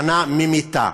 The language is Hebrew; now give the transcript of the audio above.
מנה ממיתה.